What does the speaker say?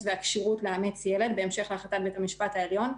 והכשירות לאמץ ילד בהמשך להחלטת בית המשפט העליון,